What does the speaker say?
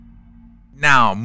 Now